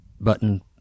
button